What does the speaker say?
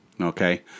Okay